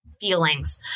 feelings